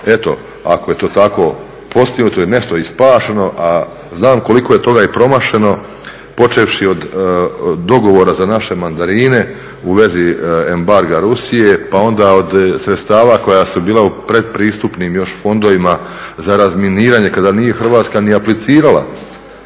eto ako je to tako postignuto i nešto i spašeno, a znam koliko je toga i promašeno počevši od dogovora za naše mandarine u vezi embarga Rusije, pa onda od sredstava koja su bila još u predpristupnim fondovima za razminiranje kada nije Hrvatska ni aplicirala